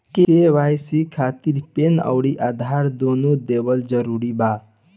KYC खातिर PAN आउर आधार दुनों देवल जरूरी बा?